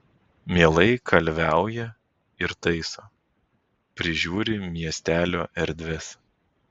mielai kalviauja ir taiso prižiūri miestelio erdves